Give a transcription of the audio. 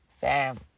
fam